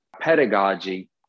pedagogy